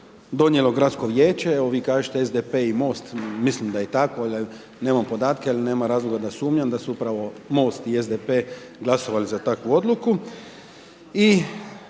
donijelo Gradsko vijeće, evo vi kažete SDP i MOST, mislim da je tako, nemam podatke, al nema razloga da sumnjam da su upravo MOST i SDP glasovali za takvu odluku